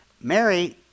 Mary